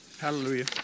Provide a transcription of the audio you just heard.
Hallelujah